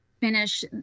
finish